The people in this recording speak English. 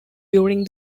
during